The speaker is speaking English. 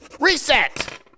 Reset